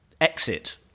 exit